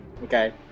Okay